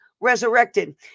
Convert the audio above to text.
resurrected